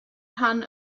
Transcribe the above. rhan